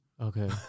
Okay